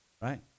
right